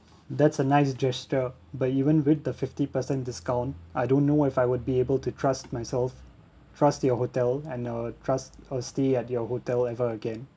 that's a nice gesture but even with the fifty percent discount I don't know if I would be able to trust myself trust your hotel and uh trust uh stay at your hotel ever again